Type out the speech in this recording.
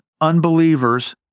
unbelievers